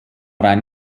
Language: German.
ein